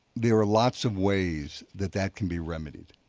there are lots of ways that that can be remedied.